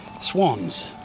swans